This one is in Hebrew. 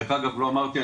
דרך אגב לא אמרתי,